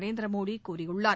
நரேந்திர மோடி கூறியுள்ளார்